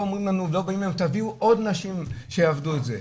אומרים לנו תביאו עוד נשים שיעבדו את זה.